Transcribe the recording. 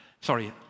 sorry